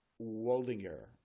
Waldinger